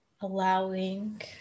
allowing